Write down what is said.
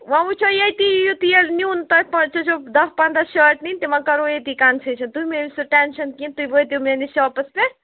وۄنۍ وُچھو ییٚتی یہِ تۅہہِ نیُن تۄہہِ پَتہٕ چھُ سُہ دَہ پَنٛداہ شٲرٹ نِنۍ تِمَن کَرو ییٚتی کَنسیشَن تُہۍ مہٕ ہیٚیِو سُہ ٹٮ۪نشَن کیٚنٛہہ تُہۍ وٲتِو میٛٲنِس شاپَس پٮ۪ٹھ